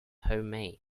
homemade